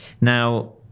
Now